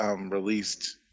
released